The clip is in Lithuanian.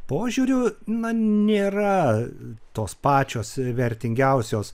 požiūriu na nėra tos pačios vertingiausios